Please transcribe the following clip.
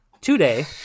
today